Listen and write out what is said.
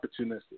opportunistic